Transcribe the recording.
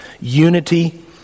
unity